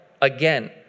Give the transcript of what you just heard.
again